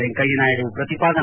ವೆಂಕಯ್ಯನಾಯ್ಡು ಪ್ರತಿಪಾದನೆ